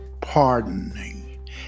pardoning